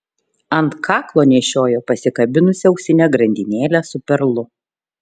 ant kaklo nešiojo pasikabinusi auksinę grandinėlę su perlu